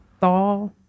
thaw